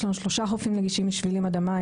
יש לנו שלושה חופים נגישים עם שבילים עד המים,